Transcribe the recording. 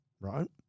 right